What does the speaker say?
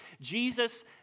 Jesus